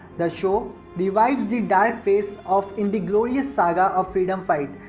the show revives the dark face of in the glorious saga of freedom fight,